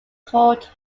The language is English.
called